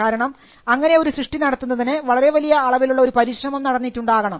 കാരണം അങ്ങനെ ഒരു സൃഷ്ടി നടത്തുന്നതിന് വളരെ വലിയ അളവിലുള്ള ഒരു പരിശ്രമം നടന്നിട്ടുണ്ടാകണം